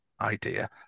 idea